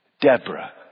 Deborah